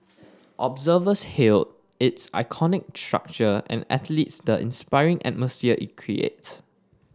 observers hailed its iconic structure and athlete the inspiring atmosphere it creates